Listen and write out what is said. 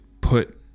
put